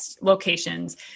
locations